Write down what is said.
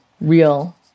real